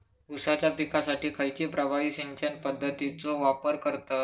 ऊसाच्या पिकासाठी खैयची प्रभावी सिंचन पद्धताचो वापर करतत?